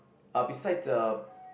uh beside the